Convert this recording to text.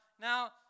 now